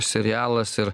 serialas ir